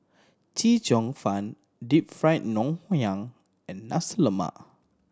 Chee Cheong Fun Deep Fried Ngoh Hiang and Nasi Lemak